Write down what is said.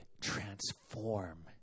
transform